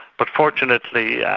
but fortunately yeah